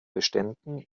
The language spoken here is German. beständen